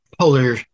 polar